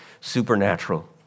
supernatural